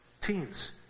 teens